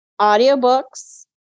audiobooks